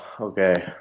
okay